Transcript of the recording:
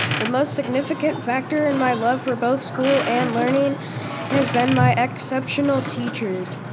the most significant factor in my love for both school and learning has been my exceptional teachers.